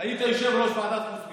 היית יושב-ראש ועדת חוץ וביטחון.